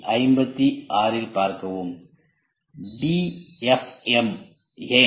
DFM ஏன்